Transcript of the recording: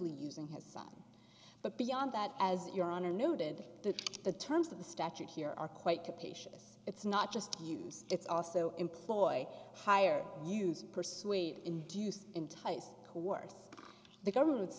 y using his son but beyond that as your honor noted the terms of the statute here are quite to patients it's not just use it's also employ higher use persuade induced entice coworkers the government